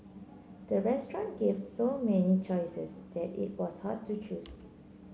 the restaurant gave so many choices that it was hard to choose